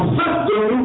system